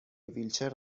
ویلچر